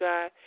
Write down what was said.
God